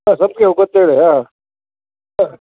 ಹಾಂ ಸಂಪಿಗೆ ಹೂ ಗೊತ್ತು ಹೇಳಿ ಹಾಂ ಹಾಂ